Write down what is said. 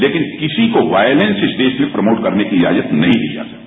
लेकिन किसी को वायलेंस इस देश में प्रमोट करने की इजाजत नहीं दी जा सकती